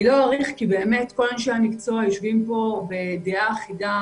אני לא אאריך כי כל אנשי המקצוע יושבים פה בדעה אחידה